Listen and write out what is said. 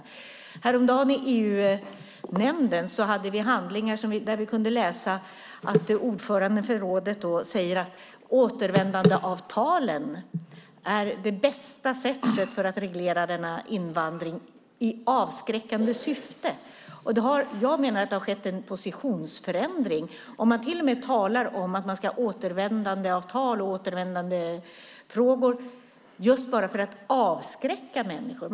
I EU-nämnden häromdagen fanns det handlingar där vi kunde läsa att ordföranden för rådet säger att återvändandeavtalen är det bästa sättet att reglera denna invandring i avskräckande syfte. Jag menar att det har skett en positionsförändring om man till och med talar om att man ska ha återvändandeavtal bara för att avskräcka människor.